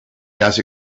gas